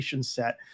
set